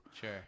Sure